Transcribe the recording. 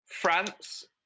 France